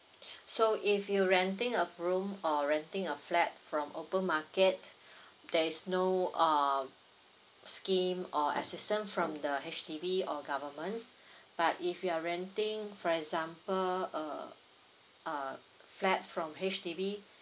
so if you renting a room or renting a flat from open market there is no uh scheme or assistant from the H_D_B or governments but if you are renting for example uh uh flat from H_D_B